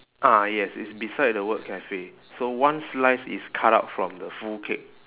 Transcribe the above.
ah yes it's beside the word cafe so one slice is cut out from the full cake